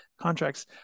contracts